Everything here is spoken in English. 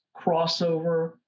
crossover